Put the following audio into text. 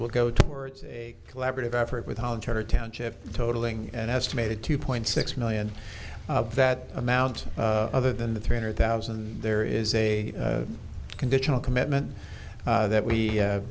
will go towards a collaborative effort with township totaling an estimated two point six million that amount other than the three hundred thousand there is a conditional commitment that we